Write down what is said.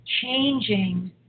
changing